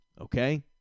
Okay